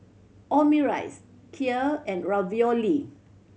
Omurice Kheer and Ravioli